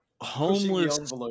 homeless